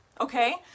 okay